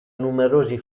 numerosi